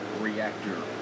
reactor